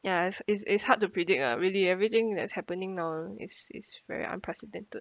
ya it's it's hard to predict lah really everything that's happening now is is very unprecedented